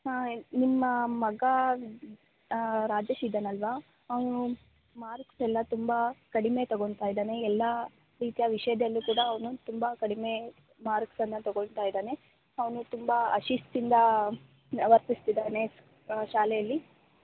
ನಿಮ್ಮ ಮಗ ರಾಜೇಶ್ ಇದ್ದಾನಲ್ಲವಾ ಅವನು ಮಾರ್ಕ್ಸೆಲ್ಲ ತುಂಬ ಕಡಿಮೆ ತಗೊಳ್ತಾ ಇದ್ದಾನೆ ಎಲ್ಲ ವಿಷಯದಲ್ಲೂ ಕೂಡ ಅವನು ತುಂಬ ಕಡಿಮೆ ಮಾರ್ಕ್ಸನ್ನು ತೊಗೊಳ್ತಾ ಇದ್ದಾನೆ ಅವನು ತುಂಬ ಅಶಿಸ್ತಿಂದ ವರ್ತಿಸ್ತಿದ್ದಾನೆ ಶಾಲೆಯಲ್ಲಿ